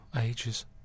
Ages